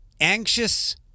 anxious